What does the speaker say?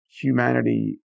humanity